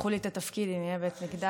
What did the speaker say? שייקחו לי את התפקיד אם יהיה בית מקדש,